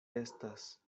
estas